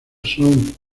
son